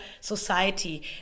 society